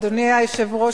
אדוני היושב-ראש,